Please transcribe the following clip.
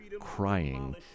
crying